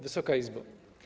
Wysoka Izbo!